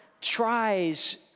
tries